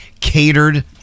catered